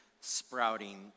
sprouting